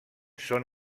són